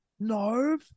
No